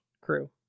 crew